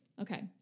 Okay